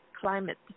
climate